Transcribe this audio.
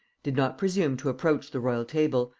did not presume to approach the royal table,